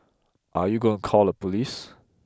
are you going call the police